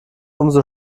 umso